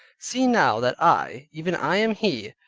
see now that i, even i am he,